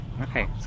Okay